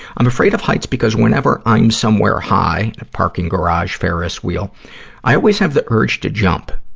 i'm afraid of heights because whenever i'm somewhere high a parking garage, ferris wheel i always have the urge to jump.